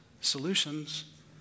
solutions